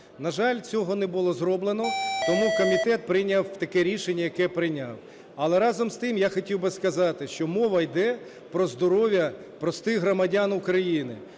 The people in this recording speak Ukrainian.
На жаль, цього не було зроблено, тому комітет прийняв таке рішення, яке прийняв. Але, разом з тим, я хотів би сказати, що мова йде про здоров'я простих громадян України,